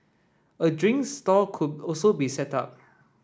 a drink stall could also be set up